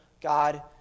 God